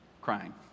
crying